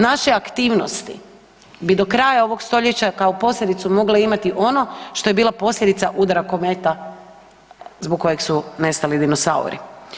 Naše aktivnosti bi do kraja ovog stoljeća kao posljedicu mogle imati ono što je bila posljedica udara kometa zbog kojeg su nestali dinosauri.